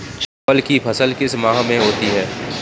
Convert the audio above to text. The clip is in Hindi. चावल की फसल किस माह में होती है?